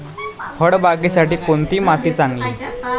फळबागेसाठी कोणती माती चांगली?